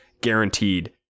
guaranteed